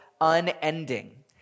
unending